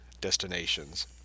destinations